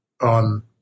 on